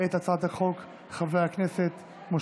ההצעה להעביר את הצעת חוק המפלגות (תיקון,